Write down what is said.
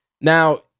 Now